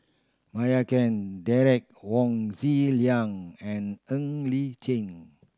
Meira Chand Derek Wong Zi Liang and Ng Li Chin